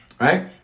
Right